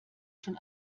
schon